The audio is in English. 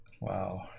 wow